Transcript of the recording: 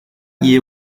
year